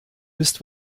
bist